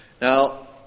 Now